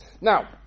Now